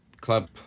club